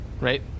Right